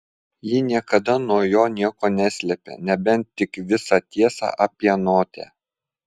ji niekada nuo jo nieko neslėpė nebent tik visą tiesą apie notę